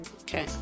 Okay